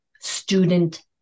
student